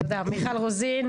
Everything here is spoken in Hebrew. מיכל רוזין,